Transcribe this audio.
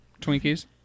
Twinkies